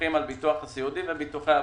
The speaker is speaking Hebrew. שמפקחים על הביטוח הסיעודי וביטוחי הבריאות.